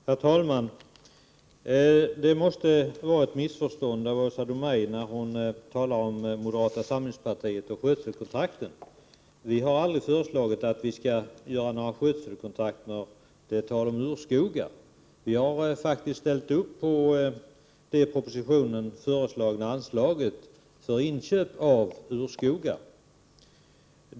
Herr talman! Det måste röra sig om ett missförstånd när Åsa Domeij talar om moderata samlingspartiet och skötselkontrakten. Vi har aldrig föreslagit att man skall upprätta skötselkontrakt när det gäller urskogar. Vi har faktiskt ställt oss bakom det i propositionen föreslagna anslaget för inköp av urskogar.